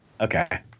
Okay